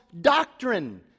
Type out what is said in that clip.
doctrine